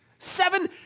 Seven